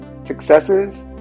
successes